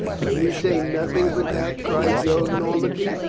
can you say nothing but that? cried joan normandy.